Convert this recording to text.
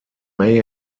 may